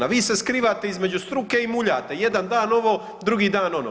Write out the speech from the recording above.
A vi se skrivate između struke i muljate, jedan dan ovo, drugi dan ono.